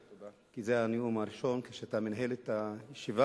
כי זה הנאום הראשון שלי כשאתה מנהל את הישיבה.